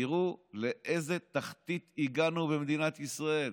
תראו לאיזה תחתית הגענו במדינת ישראל.